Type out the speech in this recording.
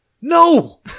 no